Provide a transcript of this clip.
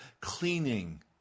cleaning